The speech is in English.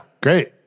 great